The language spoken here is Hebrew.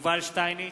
יובל שטייניץ,